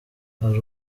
hari